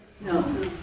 No